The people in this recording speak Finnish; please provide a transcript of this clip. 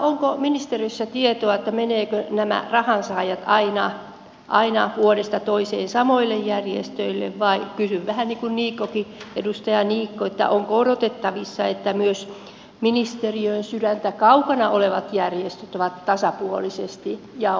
onko ministeriössä tietoa siitä menevätkö nämä rahat aina vuodesta toiseen samoille järjestöille vai kysyn vähän niin kuin edustaja niikkokin onko odotettavissa että myös ministeriön sydämestä kaukana olevat järjestöt ovat tasapuolisesti jaonsaannissa